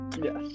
yes